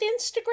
Instagram